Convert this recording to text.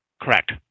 Correct